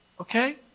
Okay